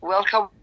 Welcome